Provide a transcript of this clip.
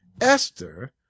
Esther